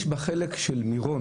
החלק הרוחני של מירון,